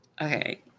Okay